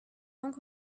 donc